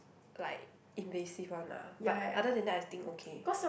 like invasive one lah but other than that I think okay